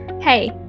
Hey